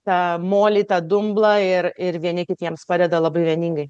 tą molį tą dumblą ir ir vieni kitiems padeda labai vieningai